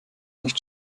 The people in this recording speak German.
nicht